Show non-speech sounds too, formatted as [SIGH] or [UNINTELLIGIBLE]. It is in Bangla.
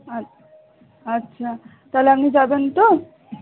[UNINTELLIGIBLE] আচ্ছা তাহলে আপনি যাবেন তো